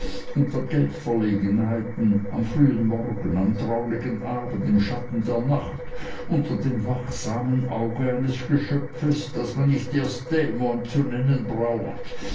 und der geldverlegenheiten am frühen morgen am tauigen abend im schatten der nacht unter dem wachsamen auge eines geschöpfs das man nicht erst dämon zu nennen braucht